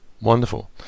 Wonderful